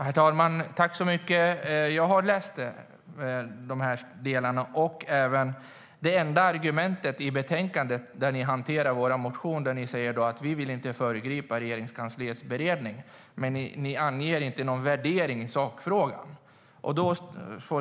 Herr talman! Jag har läst dessa delar. Det enda argument ni har i betänkandet där ni hanterar vår motion är att ni inte vill föregripa Regeringskansliets beredning. Ni anger inte någon värdering i sakfrågan.